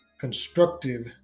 constructive